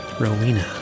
Rowena